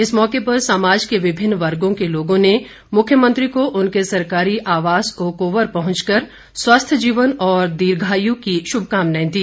इस मौके पर समाज के विभिन्न वर्गो के लोगों ने मुख्यमंत्री को उनके सरकारी आवास ओकओवर पहुंचकर स्वस्थ जीवन और दीर्घायु की शुभकामनाएं दी